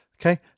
Okay